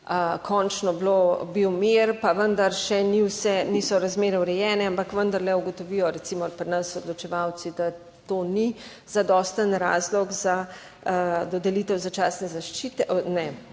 končno bilo bil mir, pa vendar še ni. Vse niso razmere urejene, ampak vendarle ugotovijo, recimo pri nas odločevalci, da to ni zadosten razlog za dodelitev začasne zaščite,